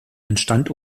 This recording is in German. entstand